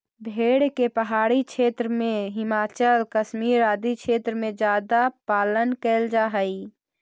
भेड़ के पहाड़ी क्षेत्र में, हिमाचल, कश्मीर आदि क्षेत्र में ज्यादा पालन कैल जा हइ